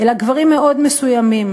אלא גברים מאוד מסוימים,